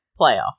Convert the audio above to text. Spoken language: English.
playoff